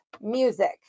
music